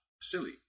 Silly